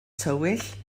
tywyll